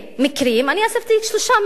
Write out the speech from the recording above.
אני אספתי שלושה מקרים,